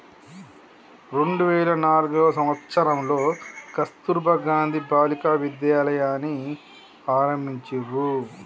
రెండు వేల నాల్గవ సంవచ్చరంలో కస్తుర్బా గాంధీ బాలికా విద్యాలయని ఆరంభించిర్రు